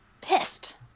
Pissed